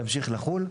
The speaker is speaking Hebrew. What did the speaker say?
תמשיך לחול,